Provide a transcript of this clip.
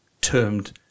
termed